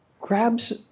grabs